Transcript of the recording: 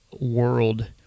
world